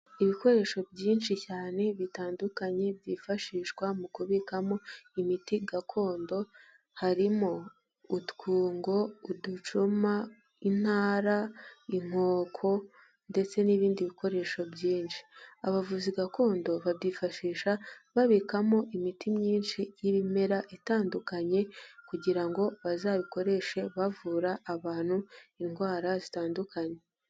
Ibikoresho byinshi cyane bitandukanye, byifashishwa mu kubikamo imiti gakondo harimo utwungo, uducuma, intara, inkoko, ndetse n'ibindi bikoresho byinshi. Abavuzi gakondo babyifashisha babikamo imiti myinshi y'ibimera itandukanye kugira ngo bazabikoreshe bavura abantu indwara zitandukanye.